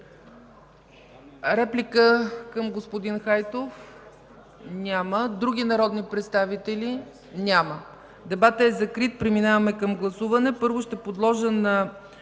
Реплика към господин Хайтов? Няма. Други народни представители? Няма. Дебатът е закрит, преминаваме към гласуване. Първо ще подложа на